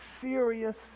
serious